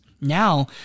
Now